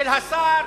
של השר